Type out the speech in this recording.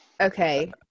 Okay